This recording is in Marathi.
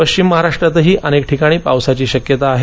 पश्चिम महाराष्ट्रातही अनेक ठिकाणी पावसाची शक्यता आहे